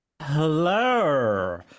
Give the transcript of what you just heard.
Hello